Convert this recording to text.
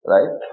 Right